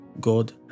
God